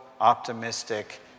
optimistic